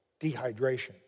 dehydration